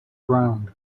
ground